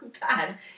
bad